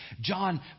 John